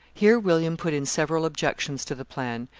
here william put in several objections to the plan.